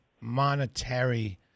monetary